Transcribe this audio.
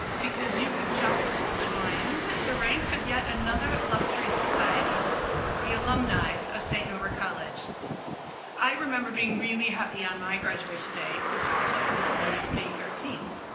because you have just joined the ranks of yet another illustrious society the alumni of satan' over college i remember being really happy on my graduation day which also happened to me may thirteenth